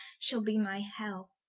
shall be my hell.